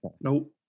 Nope